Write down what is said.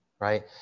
right